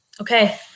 Okay